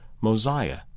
Mosiah